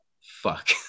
fuck